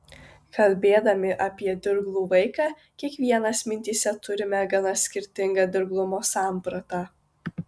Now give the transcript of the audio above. kalbėdami apie dirglų vaiką kiekvienas mintyse turime gana skirtingą dirglumo sampratą